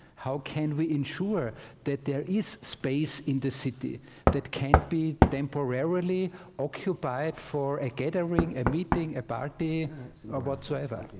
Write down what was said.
how can we ensure that there is space in the city that can be temporarily occupied for a gathering, a meeting, a party or whatsoever.